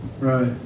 Right